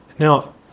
Now